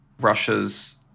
russia's